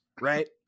right